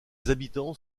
habitants